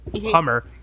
Hummer